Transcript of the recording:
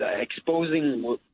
exposing